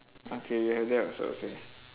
okay you have that also okay